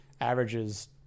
averages